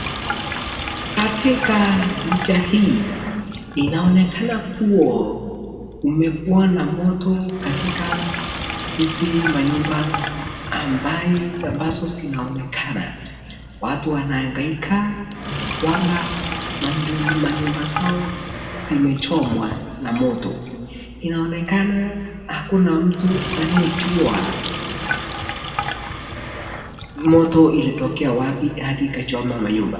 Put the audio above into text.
Katika picha hii inaonekana kuwa kumekawa na moto katika hizi manyumba ambaye, ambazo zinaonekana , watu wanahangaika kwamba manyumba zao zimechomwa na moto. Inaonekana hakuna mtu anayejua moto ilitokea wapi hadi ikachoma manyumba.